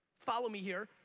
follow me here,